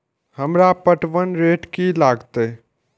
हमरा पटवन रेट की लागते?